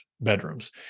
bedrooms